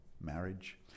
marriage